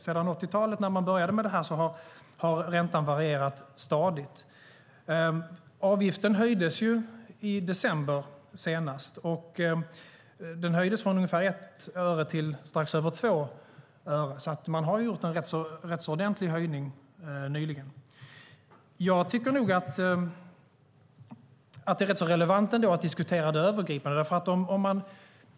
Sedan 80-talet, när man började med det här, har räntan varierat stadigt. Avgiften höjdes senast i december med ungefär 1 öre till strax över 2 öre. Man har alltså gjort en rätt ordentlig höjning nyligen. Jag tycker att det är relevant att ändå diskutera det övergripande.